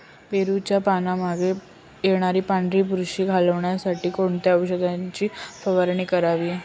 पेरूच्या पानांमागे येणारी पांढरी बुरशी घालवण्यासाठी कोणत्या औषधाची फवारणी करावी?